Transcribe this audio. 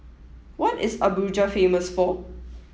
what is Abuja famous for